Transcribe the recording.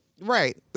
right